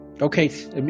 Okay